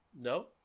no